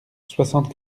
soixante